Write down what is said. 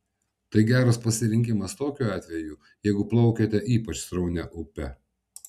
tai geras pasirinkimas tokiu atveju jeigu plaukiate ypač sraunia upe